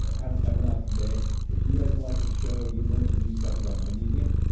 have have an awesome day if you guys like to show, you learn some new stuff about magnesium,